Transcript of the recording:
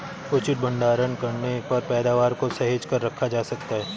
उचित भंडारण करने पर पैदावार को सहेज कर रखा जा सकता है